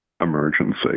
emergency